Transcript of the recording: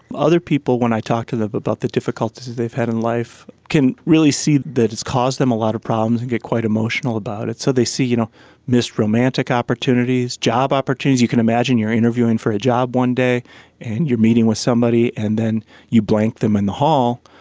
other people when i talk to them about the difficulties that they've had in life can really see that it has caused them a lot of problems and get quite emotional about it. so they see you know missed romantic opportunities, job opportunities. you can imagine you are interviewing for a job one day and you are meeting with somebody and then you blank them in the hall,